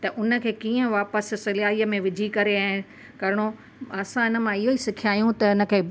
त हुनखे कीअं वापसि सिलाई में विझी करे ऐं करिणो असां हिन मां इहो ई सिखिया आहियूं कि हिन ते